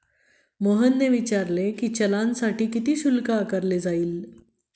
मोहनने विचारले की, पाचशे रुपयांच्या चलानसाठी किती शुल्क आकारले जाईल?